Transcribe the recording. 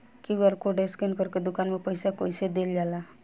QR code scan करके दुकान में पईसा कइसे देल जाला?